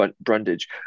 Brundage